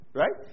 right